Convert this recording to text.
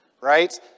right